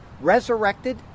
resurrected